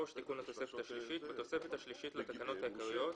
"תיקון התוספת השלישית 3. בתוספת השלישית לתקנות העיקריות,